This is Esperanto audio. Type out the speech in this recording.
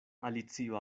alicio